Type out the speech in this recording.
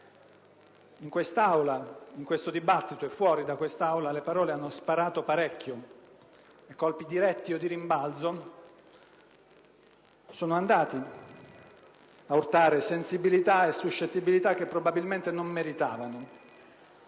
in questo dibattito e fuori da quest'Aula, le parole hanno sparato parecchio e colpi diretti o di rimbalzo sono andati ad urtare sensibilità e suscettibilità che probabilmente non meritavano.